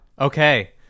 Okay